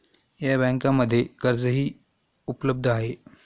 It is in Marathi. या बँकांमध्ये कर्जही उपलब्ध आहे